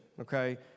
okay